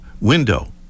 window